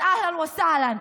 אז אהלן וסהלן.